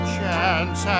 chance